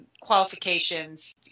qualifications